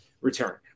return